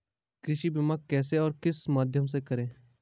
कृषि बीमा कैसे और किस माध्यम से करें?